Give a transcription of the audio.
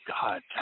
God